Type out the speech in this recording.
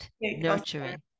nurturing